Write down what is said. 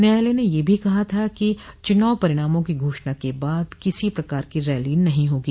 न्यायालय ने यह भी कहा था कि चुनाव परिणामों की घोषणा के बाद किसी प्रकार की रैली नहीं होगी